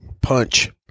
Punch